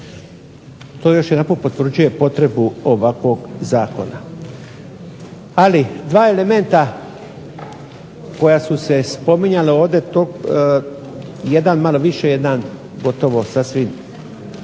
To još jedanput potvrđuje potrebu ovakvog Zakona. Ali dva elementa koja su se spominjala ovdje jedan malo više jedan gotovo sasvim